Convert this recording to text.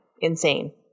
insane